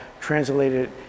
translated